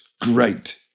Great